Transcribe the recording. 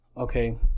Okay